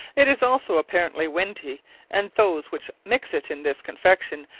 it is also apparantly windy and those which mixe it in this confection,